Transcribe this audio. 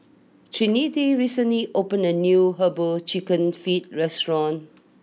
Trinity recently opened a new Herbal Chicken Feet restaurant